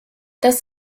das